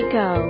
go